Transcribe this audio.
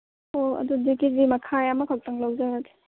ꯑꯣ ꯑꯗꯨꯗꯤ K G ꯃꯈꯥꯏ ꯑꯃꯈꯛꯇꯪ ꯂꯧꯖꯔꯒ